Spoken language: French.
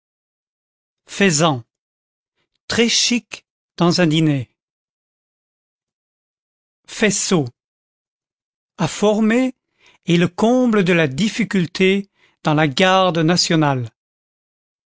faisan très chic dans un dîner faisceaux a former est le comble de la difficulté dans la garde nationale